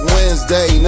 Wednesday